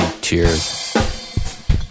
Cheers